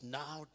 now